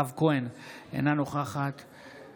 אינו נוכח אלמוג כהן,